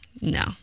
no